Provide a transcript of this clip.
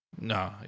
No